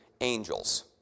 angels